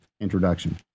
introduction